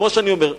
כמו שאני אומר,